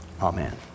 Amen